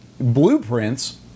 blueprints